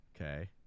Okay